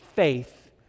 faith